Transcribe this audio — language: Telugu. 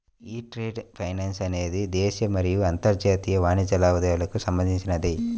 యీ ట్రేడ్ ఫైనాన్స్ అనేది దేశీయ మరియు అంతర్జాతీయ వాణిజ్య లావాదేవీలకు సంబంధించినది